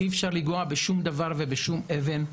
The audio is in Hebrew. שאי אפשר לגעת בשום דבר ובשום אבן.